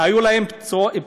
היו להם פצועים,